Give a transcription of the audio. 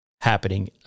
happening